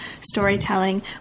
storytelling